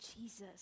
Jesus